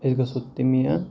أسۍ گژھو تٔمی اَن